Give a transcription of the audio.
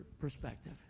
perspective